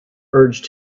urged